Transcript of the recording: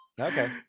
Okay